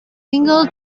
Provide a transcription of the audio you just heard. single